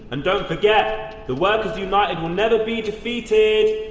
and don't forget, the workers united will never be defeated!